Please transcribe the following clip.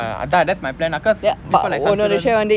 அதான்:athaan that's my plan ah cause people like saniswaran